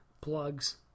plugs